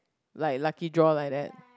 like lucky draw like that